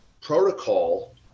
protocol